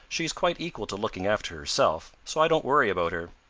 she's quite equal to looking after herself, so i don't worry about her.